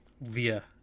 via